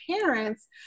parents